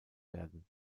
werden